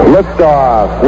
Liftoff